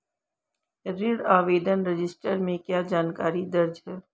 ऋण आवेदन रजिस्टर में क्या जानकारी दर्ज है?